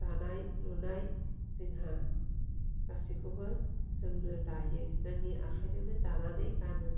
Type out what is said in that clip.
दानाय लुनाय जोंहा गासिखौबो जोंनो दायो जोंनि आखाइजोंनो दानानै गानो